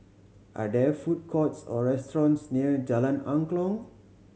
are there food courts or restaurants near Jalan Angklong